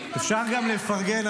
לפרגן?